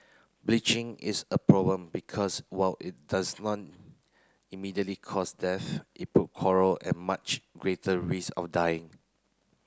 bleaching is a problem because while it doesn't want immediately cause death it put coral at much greater risk of dying